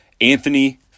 Anthony